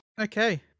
Okay